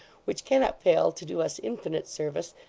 which cannot fail to do us infinite service,